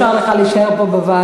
למרות התקנון אושר לך להישאר פה,